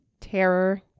terror